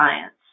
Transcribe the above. Science